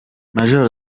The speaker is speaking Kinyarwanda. major